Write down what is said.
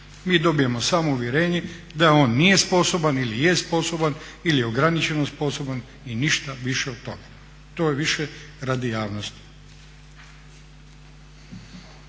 Mi dobijemo samo uvjerenje da on nije sposoban ili je sposoban ili je ograničeno sposoban i ništa više od toga. To je više radi javnosti.